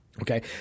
Okay